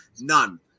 none